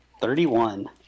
Thirty-one